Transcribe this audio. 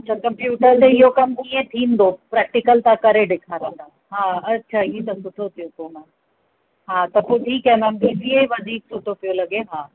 computer में इहो कमु कीअं थींदो प्रेक्टीकल सां करे ॾेखारो हा अच्छा हीअ त सुठो थियो न मेम हा त पोइ ठीकु आहे जीअं वधीक सुठो पियो लॻे हा